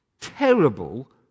terrible